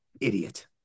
idiot